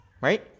right